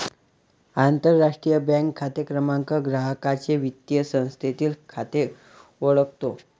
आंतरराष्ट्रीय बँक खाते क्रमांक ग्राहकाचे वित्तीय संस्थेतील खाते ओळखतो